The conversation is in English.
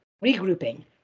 regrouping